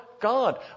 God